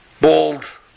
bald